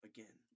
Again